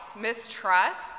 mistrust